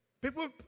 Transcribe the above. People